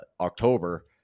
October